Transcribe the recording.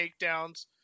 takedowns